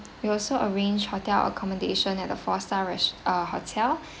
we also arrange hotel accommodation at the four star res~ uh hotel